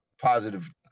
positive